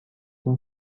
این